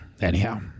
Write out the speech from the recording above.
Anyhow